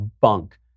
Bunk